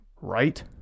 right